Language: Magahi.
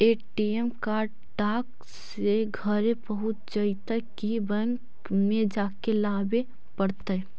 ए.टी.एम कार्ड डाक से घरे पहुँच जईतै कि बैंक में जाके लाबे पड़तै?